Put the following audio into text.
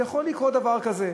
זה יכול לקרות, דבר כזה.